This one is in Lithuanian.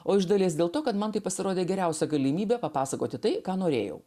o iš dalies dėl to kad man taip pasirodė geriausia galimybė papasakoti tai ką norėjau